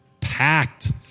packed